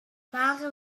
ware